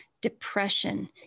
depression